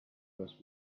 was